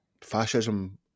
fascism